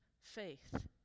faith